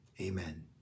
amen